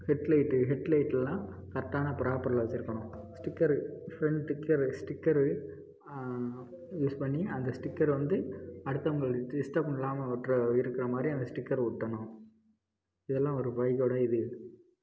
head light head லைட்டெல்லாம் கரெட்டான ப்ராப்பரில் வெச்சுருக்கணும் sticker front sticker sticker use பண்ணி அந்த ஸ்டிக்கர் வந்து அடுத்தவர்களுக்கு டிஸ்ட்ரப் இல்லாமல் ஒட்டுற இருக்கிற மாதிரி அந்த ஸ்டிக்கர் ஒட்டணும் இதெல்லாம் ஒரு பைக்கோடய இது